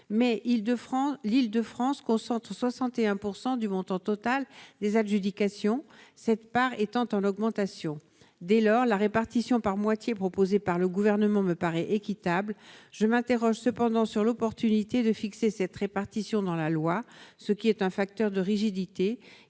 l'Île-de-France concentre 61 pourcent du montant total des adjudications cette part étant en augmentation dès lors la répartition par moitié proposée par le gouvernement me paraît équitable, je m'interroge cependant sur l'opportunité de fixer cette répartition dans la loi ce qui est un facteur de rigidité,